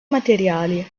materiali